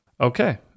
Okay